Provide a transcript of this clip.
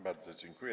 Bardzo dziękuję.